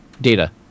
Data